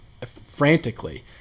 frantically